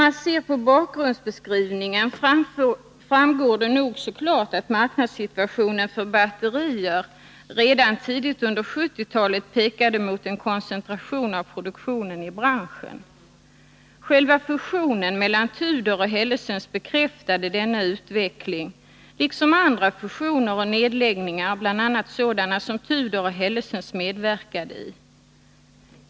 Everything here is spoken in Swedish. Av bakgrundsbeskrivningen framgår det klart att marknadssituationen för batterier redan tidigt under 1970-talet pekade mot en koncentration av produktionen i branschen. Själva fusionen mellan Tudor och Hellesens bekräftade denna utveckling, liksom andra fusioner och nedläggningar, bl.a. sådana som Tudor och Hellesens medverkade i.